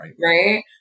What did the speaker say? right